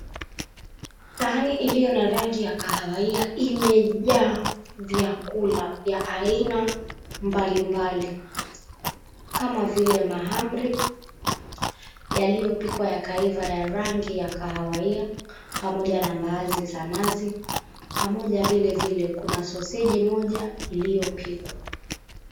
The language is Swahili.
Sahani iliyo na rangi ya kahawia imejaa vyakula vya aina mbalimbali kama vile mahamri yaliyopikwa yakaiva ya rangi ya kahawia, pamoja na mbaazi za nazi, pamoja vilevile kuna soseji moja iliyopikwa.